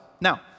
Now